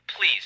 Please